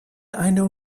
eine